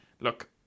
Look